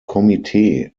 komitee